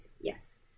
yes